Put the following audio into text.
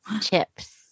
chips